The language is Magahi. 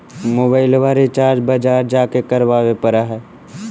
मोबाइलवा रिचार्ज बजार जा के करावे पर है?